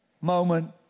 moment